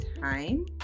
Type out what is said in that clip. time